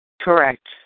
Correct